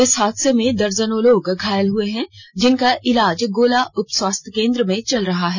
इस हादसे में दर्जनों लोग घायल हुए हैं जिनका इलाज गोला उपस्वास्थ्य केन्द्र में चल रहा है